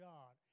God